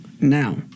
Now